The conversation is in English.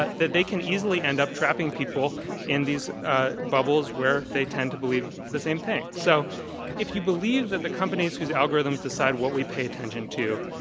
that that they can easily end up trapping people in these ah bubbles where they tend to believe the same thing. so if you believe that the companies whose algorithms decide what we pay attention to,